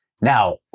Now